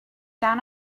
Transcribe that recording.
down